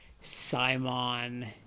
Simon